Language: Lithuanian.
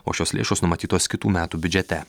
o šios lėšos numatytos kitų metų biudžete